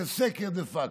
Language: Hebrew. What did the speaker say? זה סגר דה פקטו,